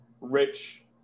rich